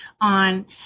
on